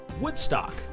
Woodstock